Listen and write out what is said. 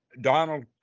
Donald